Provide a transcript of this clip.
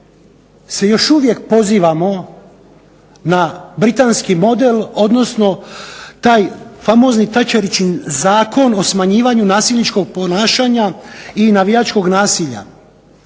se još uvijek pozivamo na britanski model, odnosno taj famozni Tacheričin zakon o smanjivanju nasilničkog ponašanja i navijačkog nasilja.